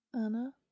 Anna